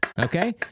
Okay